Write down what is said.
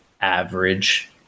average